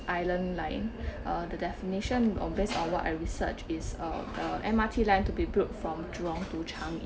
island line uh the definition on based on what I research is uh M_R_T line to be built from jurong to changi